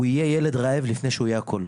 הוא יהיה ילד רעב לפני שהוא יהיה הכול.